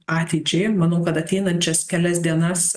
ateičiai manau kad ateinančias kelias dienas